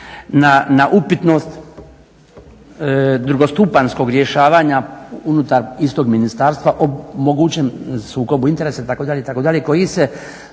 na upitnost drugostupanjskog rješavanja unutar istog ministarstva o mogućem sukobu interesa itd., koji se